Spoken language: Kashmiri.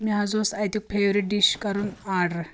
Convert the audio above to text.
مےٚ حظ اوس اَتیُٚک فیورِٹ ڈِش کَرُن آرڈَر